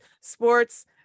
sports